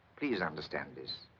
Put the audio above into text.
please understand this.